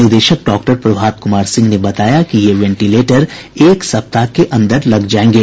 निदेशक डॉक्टर प्रभात कुमार सिंह ने बताया कि ये वेंटिलेटर एक सप्ताह के अंदर लग जायेंगे